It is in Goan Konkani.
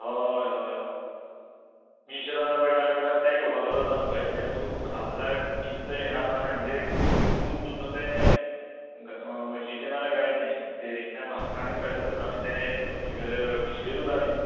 हय हय हय मिश्रा पेठा बिडा ते घेवपा गरज ना तुका हे न्हू तूं खां जाल्यार इतले हे आसा आणा सामके दूद सुद्दां तें म्हशीचें नाल्या गायचें डेरींतल्यान हाडटा आनी फ्रेश करता आमी ते तुगेले पिशवे दुदा न्ही